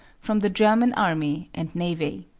from the german army and navy.